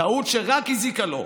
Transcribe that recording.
טעות שרק הזיקה לו,